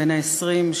בן ה-20,